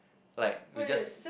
like we just